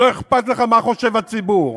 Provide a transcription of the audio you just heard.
לא אכפת לך מה חושב הציבור.